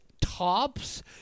tops